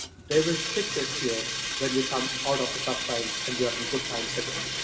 they will stick with you when you come out of the tough times and you're in good times again.